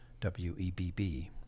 W-E-B-B